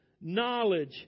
knowledge